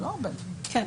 כן.